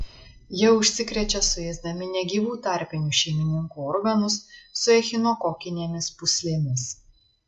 jie užsikrečia suėsdami negyvų tarpinių šeimininkų organus su echinokokinėmis pūslėmis